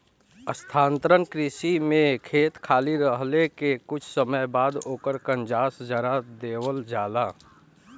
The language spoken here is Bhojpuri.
स्थानांतरण कृषि में खेत खाली रहले के कुछ समय बाद ओकर कंजास जरा देवल जाला